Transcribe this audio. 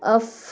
off